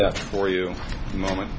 that for you moment